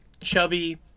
chubby